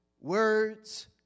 words